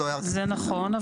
זה נכון.